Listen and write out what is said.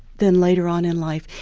then later on in life,